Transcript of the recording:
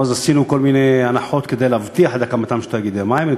אנחנו אז עשינו כל מיני הנחות כדי להבטיח את הקמת תאגידי המים,